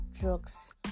drugs